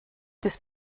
des